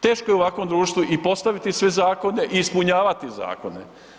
Teško je u ovakvom društvu i postaviti sve zakone i ispunjavati zakone.